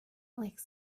like